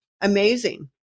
amazing